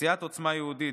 סיעת עוצמה יהודית,